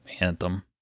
Anthem